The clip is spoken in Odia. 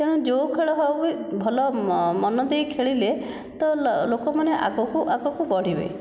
ତେଣୁ ଯେଉଁ ଖେଳ ହେଉ ବି ଭଲ ମନ ଦେଇ ଖେଳିଲେ ତ ଲୋକମାନେ ଆଗକୁ ଆଗକୁ ବଢ଼ିବେ